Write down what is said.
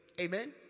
Amen